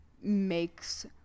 makes